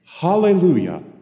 hallelujah